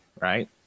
right